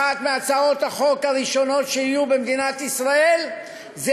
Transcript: אחת מהצעות החוק הראשונות שיהיו במדינת ישראל זה